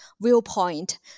viewpoint